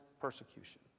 persecution